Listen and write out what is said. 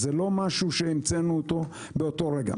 זה לא משהו שהמצאנו באותו רגע.